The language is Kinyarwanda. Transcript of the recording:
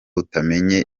batamenye